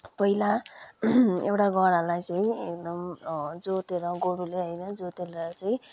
पहिला एउटा गरालाई चाहिँ एकदम जोतेर गोरूले होइन जोतेर चाहिँ